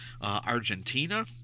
Argentina